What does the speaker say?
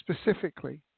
specifically